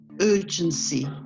urgency